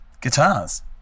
guitars